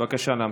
בבקשה להמשיך.